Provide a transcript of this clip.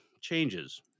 changes